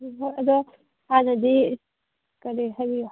ꯎꯝ ꯍꯣꯏ ꯑꯗꯣ ꯍꯥꯟꯅꯗꯤ ꯀꯔꯤ ꯍꯥꯏꯕꯤꯌꯣ